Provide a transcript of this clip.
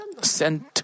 sent